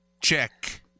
check